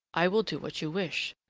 i will do what you wish,